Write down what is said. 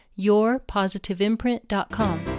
yourpositiveimprint.com